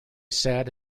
sat